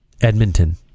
Edmonton